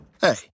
Hey